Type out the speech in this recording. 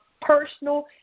personal